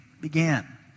began